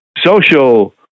social